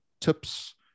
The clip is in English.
tips